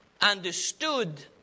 understood